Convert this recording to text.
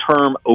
term